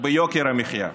ביוקר המחיה.